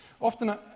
Often